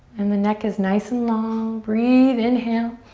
and the neck is nice and long. breathe, inhale.